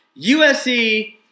USC